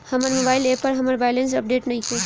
हमर mobile app पर हमर बैलेंस अपडेट नइखे